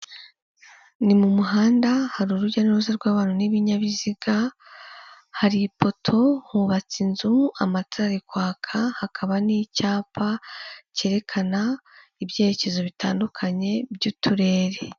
Icyumba cyagenewe gukorerwamo inama, giteguyemo intebe ndetse n'ameza akorerwaho inama, cyahuriwemo n'abantu benshi baturuka mu bihugu bitandukanye biganjemo abanyafurika ndetse n'abazungu, aho bari kuganira ku bintu bitandukanye byabahurije muri iyi nama barimo.